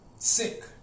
Sick